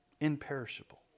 Imperishable